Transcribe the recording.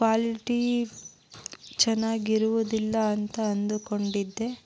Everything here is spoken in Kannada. ಕ್ವಾಲಿಟಿ ಚೆನ್ನಾಗಿರುವುದಿಲ್ಲ ಅಂತ ಅಂದುಕೊಂಡಿದ್ದೆ